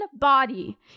body